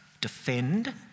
defend